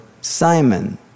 Simon